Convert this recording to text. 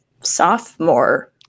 sophomore